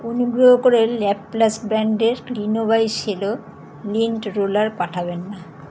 অনুগ্রহ করে লাপ্লাস্ট ব্র্যান্ডের Clino by Cello lint roller পাঠাবেন না